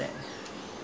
later